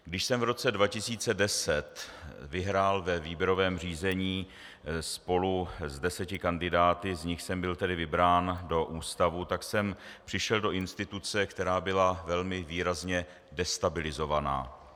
Když jsem v roce 2010 vyhrál ve výběrovém řízení spolu s deseti kandidáty, z nichž jsem byl vybrán do ústavu, tak jsem přišel do instituce, která byla velmi výrazně destabilizovaná.